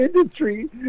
industry